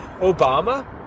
Obama